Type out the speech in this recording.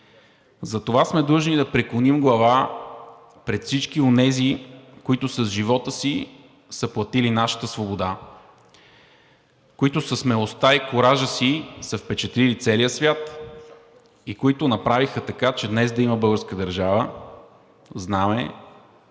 Затова сме длъжни да преклоним глава пред всички онези, които с живота си са платили нашата свобода, които със смелостта и куража си са впечатлили целия свят и които направиха така, че днес да има българска държава, знаме,